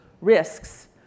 risks